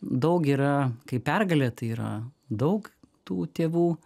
daug yra kaip pergalė tai yra daug tų tėvų